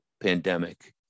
pandemic